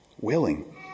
Willing